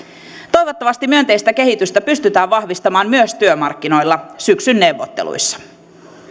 toivottavasti myönteistä kehitystä pystytään vahvistamaan myös työmarkkinoilla syksyn neuvotteluissa